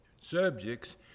subjects